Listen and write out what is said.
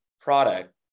product